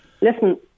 listen